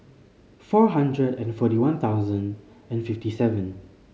four hundred and forty one thousand fifty seven